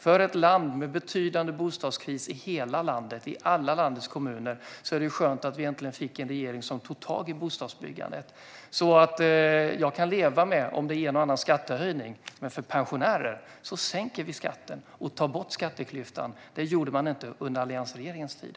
För ett land med betydande bostadskris i alla kommuner är det skönt att vi äntligen har fått en regering som tagit tag i bostadsbyggandet. Jag kan leva med en eller annan skattehöjning, men för pensionärer sänker vi skatten och tar bort skatteklyftan. Det gjorde man inte under alliansregeringens tid.